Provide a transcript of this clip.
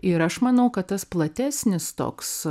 ir aš manau kad tas platesnis toks